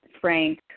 Frank